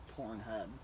Pornhub